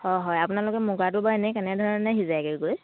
হয় হয় আপোনালোকে মুগাটো বাৰু এনেই কেনে ধৰণেৰে সিজাই গৈ